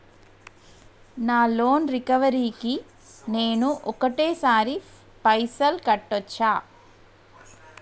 నా loan recovery కి నేను ఒకటేసరి పైసల్ కట్టొచ్చా?